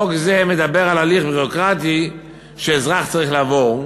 חוק זה מדבר על הליך ביורוקרטי שאזרח צריך לעבור,